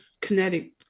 kinetic